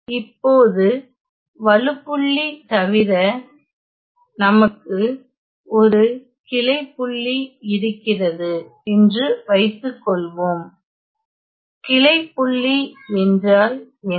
இப்போது வழுப்புள்ளி தவிர நமக்கு ஒரு கிளை புள்ளி இருக்கிறது என்று வைத்துக்கொள்வோம் கிளை புள்ளி என்றால் என்ன